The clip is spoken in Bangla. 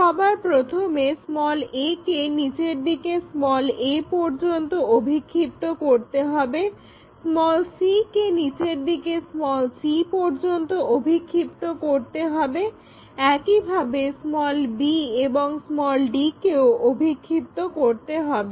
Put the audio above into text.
সবার প্রথমে a কে নিচের দিকে a পর্যন্ত অভিক্ষিপ্ত করতে হবে c কে নিচের দিকে c পর্যন্ত অভিক্ষিপ্ত করতে হবে একইভাবে b এবং d কেও অভিক্ষিপ্ত করতে হবে